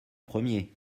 premier